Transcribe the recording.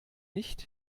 nicht